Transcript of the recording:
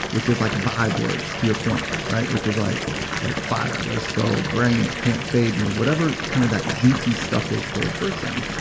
which is like vibe words to your point, right? which is like like fire let's go, bring it, can't fade me, whatever kind of that juicy stuff is for a person,